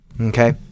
Okay